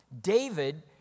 David